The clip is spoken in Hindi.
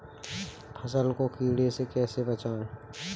फसल को कीड़े से कैसे बचाएँ?